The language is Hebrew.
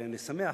ואני שמח,